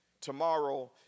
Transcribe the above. Tomorrow